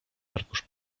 arkusz